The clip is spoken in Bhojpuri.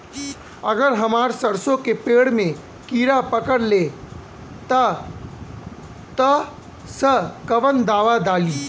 अगर हमार सरसो के पेड़ में किड़ा पकड़ ले ता तऽ कवन दावा डालि?